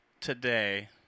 today